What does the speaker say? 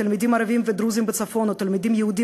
תלמידים ערבים ודרוזים בצפון או תלמידים יהודים